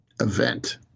event